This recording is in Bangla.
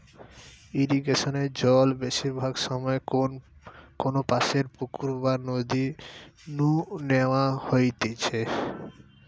ইরিগেশনে জল বেশিরভাগ সময় কোনপাশের পুকুর বা নদী নু ন্যাওয়া হইতেছে